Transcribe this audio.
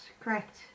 correct